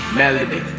melody